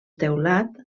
teulat